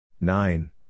Nine